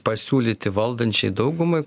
pasiūlyti valdančiai daugumai